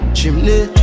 Chimney